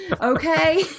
okay